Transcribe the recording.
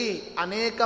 Aneka